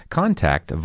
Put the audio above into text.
contact